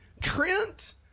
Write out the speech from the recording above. trent